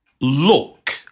look